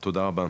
תודה, תודה רבה.